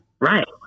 right